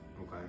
Okay